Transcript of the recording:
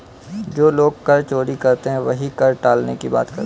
जो लोग कर चोरी करते हैं वही कर टालने की बात करते हैं